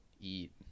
eat